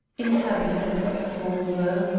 inhabitants of vanvres,